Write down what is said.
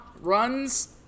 Runs